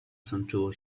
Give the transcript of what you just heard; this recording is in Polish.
sączyło